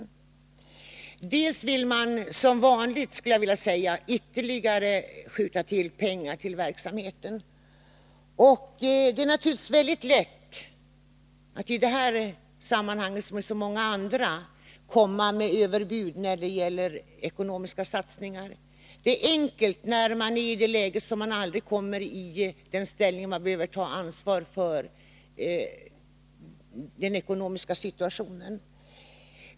I det ena yrkandet vill man, som vanligt skulle jag vilja säga, skjuta till ytterligare medel till verksamheten. Det är naturligtvis mycket lätt att i detta sammanhang, som i så många andra, komma med överbud när det gäller ekonomiska satsningar. Det är enkelt när man befinner sig i det läget att man aldrig behöver ta ansvar för den ekonomiska situationen.